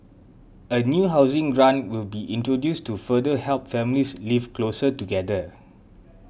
a new housing grant will be introduced to further help families live closer together